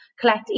collect